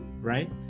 right